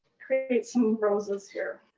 create some roses here.